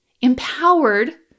empowered